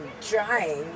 trying